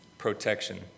protection